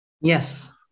Yes